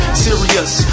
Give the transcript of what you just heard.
serious